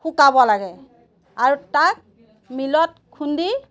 শুকাব লাগে আৰু তাক মিলত খুন্দি